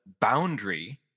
boundary